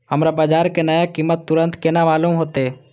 हमरा बाजार के नया कीमत तुरंत केना मालूम होते?